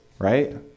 Right